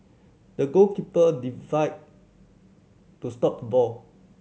the goalkeeper divide to stop the ball